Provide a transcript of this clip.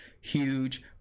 huge